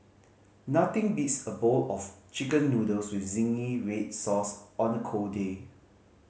nothing beats a bowl of Chicken Noodles with zingy red sauce on a cold day